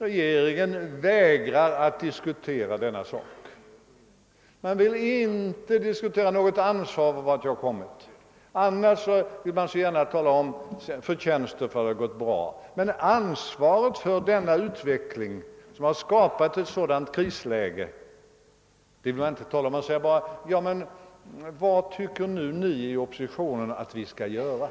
Regeringen vägrar att diskutera denna sak. Man vill inte diskutera något ansvar för vart vi har kommit. Annars vill man så gärna ta åt sig förtjänsten för allt det som gått bra, men ansvaret för den utveckling som skapat ett sådant krisläge vill man inte tala om. Man säger bara: Ja men, vad föreslår nu ni i oppositionen att vi skall göra?